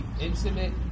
intimate